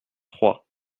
trois